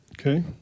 Okay